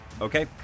okay